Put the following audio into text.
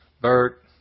Bert